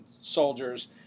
soldiers